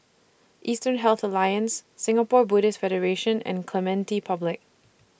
Eastern Health Alliance Singapore Buddhist Federation and Clementi Public